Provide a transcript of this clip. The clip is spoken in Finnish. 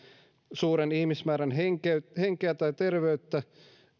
suuren ihmismäärän henkeä tai terveyttä